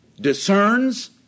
discerns